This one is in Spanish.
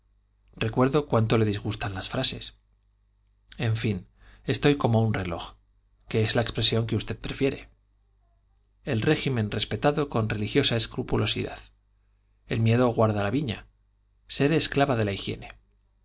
recuerdo cuánto le disgustan las frases en fin estoy como un reloj que es la expresión que usted prefiere el régimen respetado con religiosa escrupulosidad el miedo guarda la viña seré esclava de la higiene